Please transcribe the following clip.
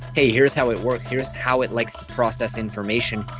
hey, here's how it works. here's how it likes to process information.